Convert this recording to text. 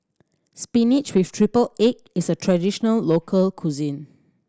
spinach with triple egg is a traditional local cuisine